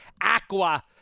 Aqua